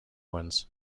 ones